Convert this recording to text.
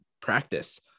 practice